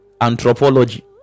Anthropology